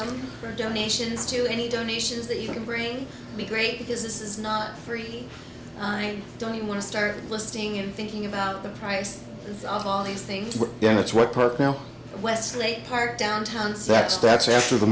i'm for donations to any donations that you can bring me great because this is not free i don't even want to start listing and thinking about the price of all these things yeah that's what perk now westlake park downtown so that's that's where the